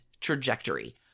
trajectory